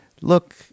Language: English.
look